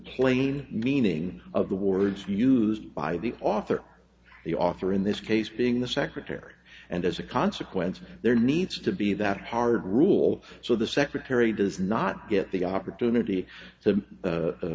plain meaning of the words used by the author the author in this case being the secretary and as a consequence there needs to be that hard rule so the secretary does not get the opportunity to